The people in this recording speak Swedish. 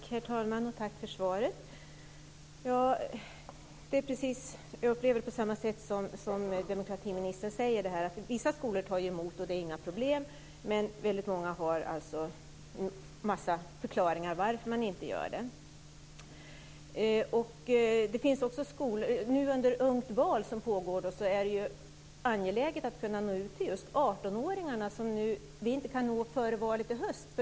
Herr talman! Tack för svaret. Jag upplever det precis så som demokratiministern säger. Vissa skolor tar emot och det är inga problem. Men många har alltså en massa förklaringar till varför man inte gör det. Under Ungt val är det ju angeläget att kunna nå ut till 18-åringarna som vi inte kan nå före valet i höst.